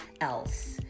else